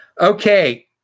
Okay